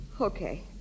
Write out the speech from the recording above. Okay